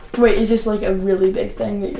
wait is this like a really big thing that you're